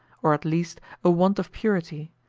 or at least a want of purity,